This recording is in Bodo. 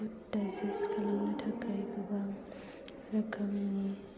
फुड डाइजेस्ट खालामनो थाखाय गोबां रोखोमनि